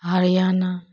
Haryana